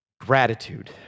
gratitude